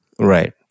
Right